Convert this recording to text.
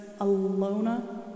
Alona